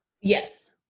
Yes